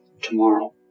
tomorrow